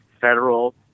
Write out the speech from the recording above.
federal